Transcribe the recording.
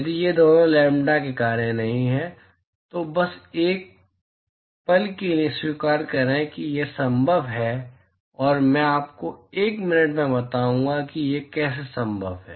यदि ये दोनों लैम्ब्डा के कार्य नहीं हैं तो बस एक पल के लिए स्वीकार करें कि यह संभव है और मैं आपको एक मिनट में बताऊंगा कि यह कैसे संभव है